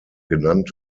genannt